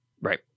Right